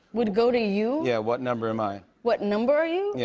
would go to you? yeah. what number am i? what number are you? yeah,